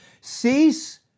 Cease